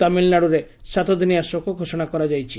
ତାମିଲ୍ନାଡ଼ୁରେ ସାତଦିନିଆ ଶୋକ ଘୋଷଣା କରାଯାଇଛି